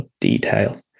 detail